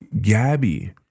Gabby